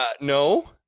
no